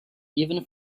even